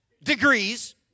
Degrees